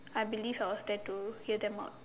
I believe I was there to hear them out